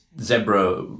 zebra